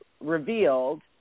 revealed